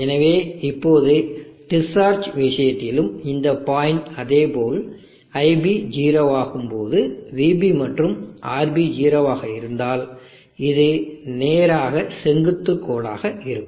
எனவே இப்போது டிஸ்சார்ஜ் விஷயத்திலும் இந்த பாயிண்ட் அதேபோல் iB 0 ஆகும்போது vB மற்றும் RB 0 ஆக இருந்திருந்தால் இது நேராக செங்குத்து கோட்டாக இருக்கும்